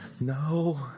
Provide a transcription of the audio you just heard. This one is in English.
No